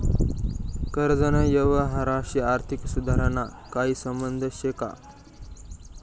कर्जना यवहारशी आर्थिक सुधारणाना काही संबंध शे का?